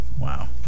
Wow